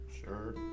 Sure